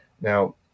Now